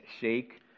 shake